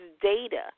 data